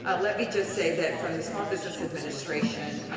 ah let me just say that from the small business administration,